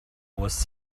was